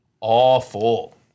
awful